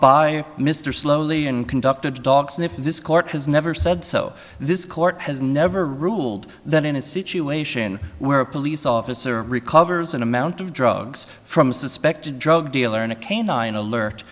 by mr slowly and conduct a dog sniff this court has never said so this court has never ruled that in a situation where a police officer recovers an amount of drugs from a suspected drug dealer and a canine alert